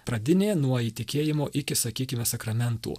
pradinė nuo įtikėjimo iki sakykime sakramentų